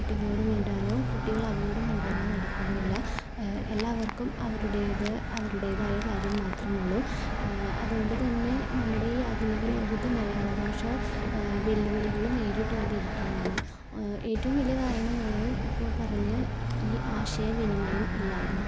കുട്ടികളോട് മിണ്ടാനോ കുട്ടികളവരോട് മിണ്ടാനോ നടക്കുന്നില്ല എല്ലാവർക്കും അവരുടേത് അവരുടേതായ കാര്യം മാത്രമുള്ളു അതുകൊണ്ട് തന്നെ നമ്മുടെ ഈ ആധുനിക ലോകത്ത് മലയാള ഭാഷ വെല്ലുവിളികൾ നേരിട്ട് കൊണ്ടിരിക്കുകയാണ് ഏറ്റവും വലിയ കാരണമാണ് ഇപ്പോൾ പറഞ്ഞ ഈ ആശയ വിനിമയം ഇല്ലായ്മ